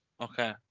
Okay